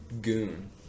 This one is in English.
goon